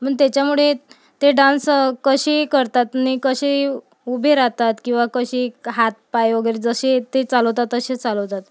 म्हणून त्याच्यामुळे ते डान्स कसेही करतात नी कसेही उभे राहतात किंवा कसेही हातपाय वगैरे जसे येते चालवता तसे चालवतात